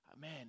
man